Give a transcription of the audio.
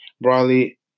broadly